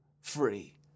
free